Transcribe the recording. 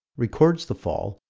records the fall,